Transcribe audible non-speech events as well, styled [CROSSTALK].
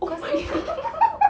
cause I got [LAUGHS]